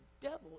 devil